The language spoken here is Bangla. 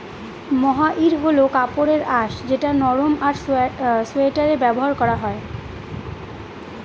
মহাইর হল কাপড়ের আঁশ যেটা নরম আর সোয়াটারে ব্যবহার করা হয়